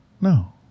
No